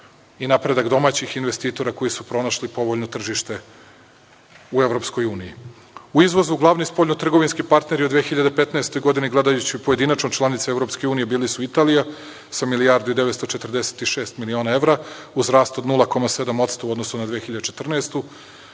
i napredak domaćih investitora koji su pronašli povoljno tržište u EU.U izvozu glavni spoljno-trgovinski partneri u 2015. godini, gledajući pojedinačno članice EU, bili su Italija sa milijardu i 946 miliona evra, u zdravstvu 0,7% u odnosu na 2014. godinu,